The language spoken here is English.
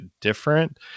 different